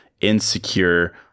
insecure